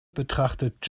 betrachtet